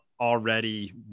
already